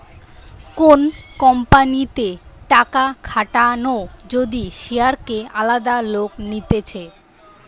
কোন কোম্পানিতে টাকা খাটানো যদি শেয়ারকে আলাদা লোক নিতেছে